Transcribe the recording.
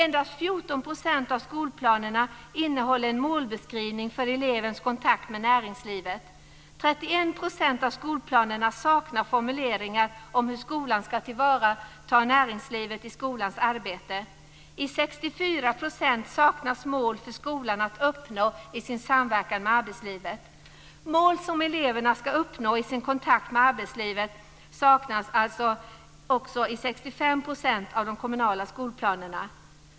Endast 14 % av skolplanerna innehåller en målbeskrivning för elevens kontakt med näringslivet. 64 % saknas mål för skolan att uppnå i sin samverkan med arbetslivet. Mål som eleverna ska uppnå i sin kontakt med arbetslivet saknas i nästan 65 % av de kommunala skolplanerna.